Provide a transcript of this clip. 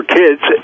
kids